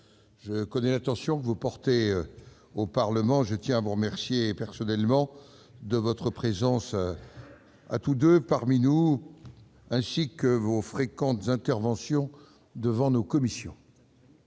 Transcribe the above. Je connais l'attention que vous portez au Parlement et je tiens à vous remercier personnellement de votre présence parmi nous aujourd'hui, ainsi que de vos fréquentes interventions devant nos commissions.